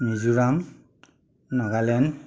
Mizoram Nagaland